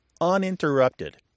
uninterrupted